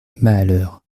mahaleur